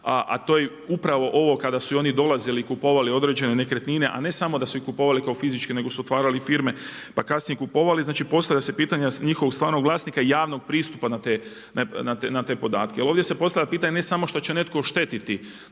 a to je upravo ovo kada su oni dolazili i kupovali određene nekretnine, a ne samo da su ih kupovali kao fizičke nego su otvarali firme pa kasnije kupovali, znači postavlja se pitanje njihovog stvarnog vlasnika i javnog pristupa na te podatke. Ali ovdje se postavlja pitanje ne samo što će netko oštetiti